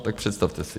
Tak představte si.